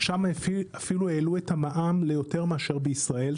שם אפילו העלו את המע"מ ליותר מאשר בישראל,